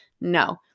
No